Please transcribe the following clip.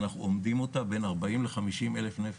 אנחנו אומדים אותה בין 40,000 ל-50,000 נפש.